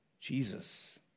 Jesus